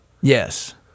Yes